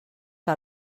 que